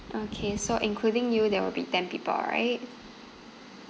okay so including you there will be ten people right